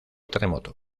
terremoto